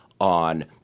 on